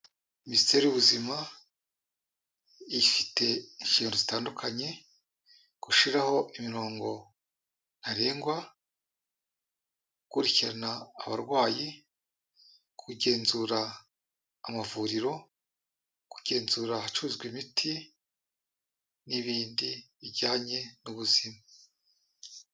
Minisiteri y'Ubuzima, ifite ingero zitandukanye, gushiraho imirongo ntarengwa, gukurikirana abarwayi, kugenzura amavuriro, kugenzura ahacuruzwa imiti n'ibindi bijyanye n'ubuzima.